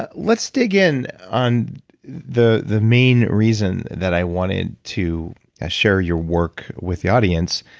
ah let's dig in on the the main reason that i wanted to share your work with the audience,